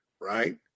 right